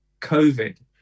COVID